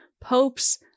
popes